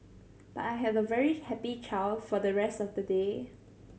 but I had a very happy child for the rest of the day